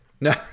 No